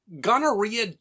Gonorrhea